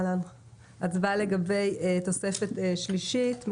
הצבעה אושר פה אחד.